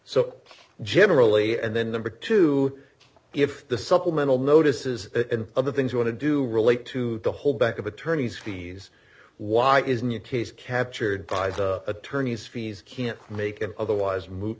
so generally and then number two if the supplemental notices and other things you want to do relate to the whole back of attorneys fees why isn't your case captured by attorneys fees can't make it otherwise moot